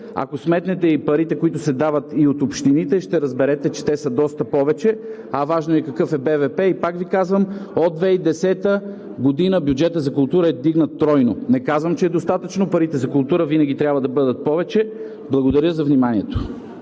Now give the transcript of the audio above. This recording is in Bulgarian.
ако сметнете и парите, които се дават и от общините, ще разберете, че те са доста повече. Важно е и какъв е брутният вътрешен продукт. Пак Ви казвам, от 2010 г. бюджетът за култура е вдигнат тройно. Не казвам, че е достатъчно. Парите за култура винаги трябва да бъдат повече. Благодаря за вниманието.